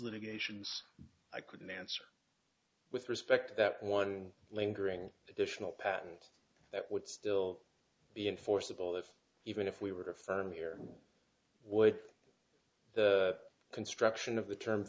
litigations i couldn't answer with respect to that one lingering additional patent that would still be enforceable if even if we were firm here with the construction of the term